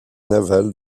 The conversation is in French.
navals